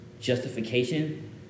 justification